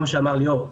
כמו שאמר ליאור,